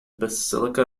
basilica